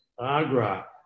Agra